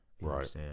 Right